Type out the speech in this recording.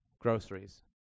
Groceries